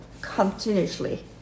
continuously